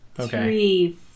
three